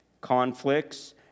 conflicts